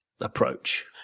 approach